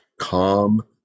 Calm